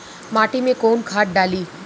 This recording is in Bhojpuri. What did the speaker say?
माटी में कोउन खाद डाली?